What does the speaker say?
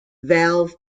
valve